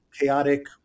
chaotic